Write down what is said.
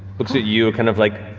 looks at you, kind of like.